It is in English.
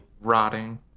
Rotting